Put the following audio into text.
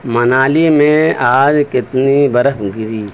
منالی میں آج کتنی برف گری